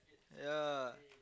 ya